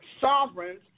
sovereigns